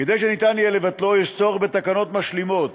כדי שניתן יהיה לבטלו, יש צורך בתקנות משלימות.